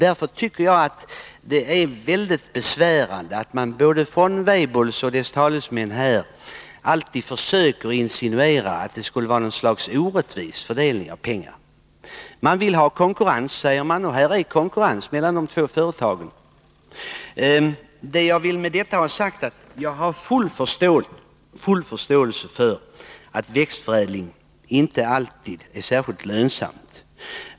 Därför är det mycket besvärande att både Weibulls och dess talesmän här alltid försöker insinuera att det skulle vara en orättvis fördelning av pengar. Man vill ha konkurrens, säger man. Här är det konkurrens mellan dessa två företag. Med detta vill jag ha sagt att jag har full förståelse för att växtförädling inte alltid är särskilt lönsam.